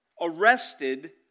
arrested